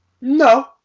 No